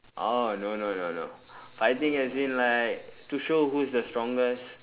oh no no no no fighting as in like to show who's the strongest